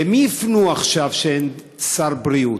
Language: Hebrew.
למי יפנו עכשיו, כשאין שר בריאות?